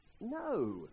no